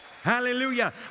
Hallelujah